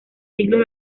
siglos